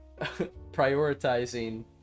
prioritizing